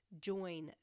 Join